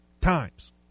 times